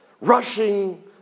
rushing